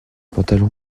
pantalon